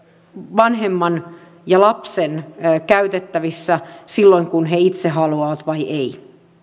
vanhemman ja lapsen käytettävissä silloin kun he itse haluavat vai ei